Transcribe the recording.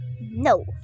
no